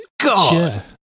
God